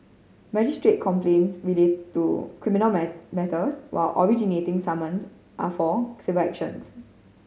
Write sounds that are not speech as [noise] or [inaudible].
magistrate complaints relate to criminal [unintelligible] matters while originating summons are for civil actions